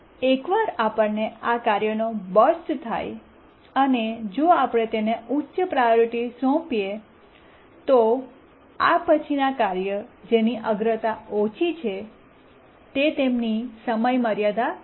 એકવાર આપણને આ કાર્યનો બર્સ્ટ થાય અને જો આપણે તેને ઉચ્ચ પ્રાયોરિટી સોંપીએ તો આ પછીના કાર્ય જેની અગ્રતા ઓછી છે તે તેમની સમયમર્યાદા ચૂકી જશે